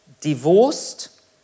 divorced